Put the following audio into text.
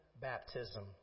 baptism